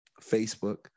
Facebook